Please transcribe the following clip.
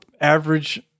average